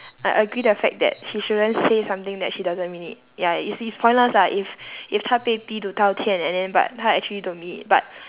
I agree the fact that she shouldn't say something that she doesn't mean it ya it's it's pointless lah if if 她被逼 to 道歉 and then but 她 actually don't mean it but